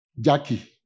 Jackie